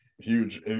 Huge